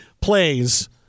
plays